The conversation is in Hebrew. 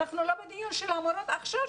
אנחנו לא בדיון של המורות עכשיו,